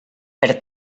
per